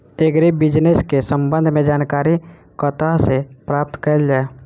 Agri business केँ संबंध मे जानकारी कतह सऽ प्राप्त कैल जाए?